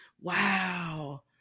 Wow